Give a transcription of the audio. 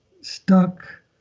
stuck